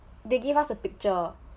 they give us a picture